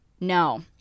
No